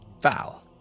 Val